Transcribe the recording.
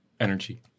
Energy